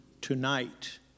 tonight